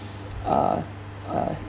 uh uh